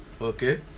Okay